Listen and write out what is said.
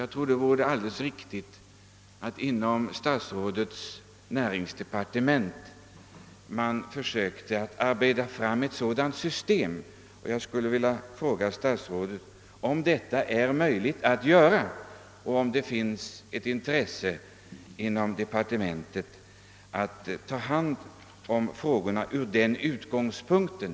Jag tror att det vore riktigt om statsrådets näringsdepartement försökte arbeta fram ett sådant system, och jag skulle vilja fråga statsrådet om detta är möjligt att göra och om det finns ett intresse inom departementet för att ta hand om frågorna från den utgångspunkten.